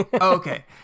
Okay